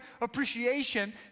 appreciation